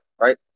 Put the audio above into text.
right